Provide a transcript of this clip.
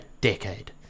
decade